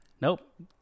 Nope